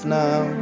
now